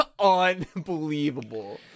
unbelievable